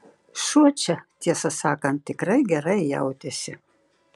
šuo čia tiesą sakant tikrai gerai jautėsi